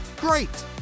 Great